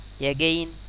Again